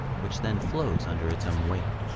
which then flows under its own weight.